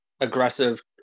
aggressive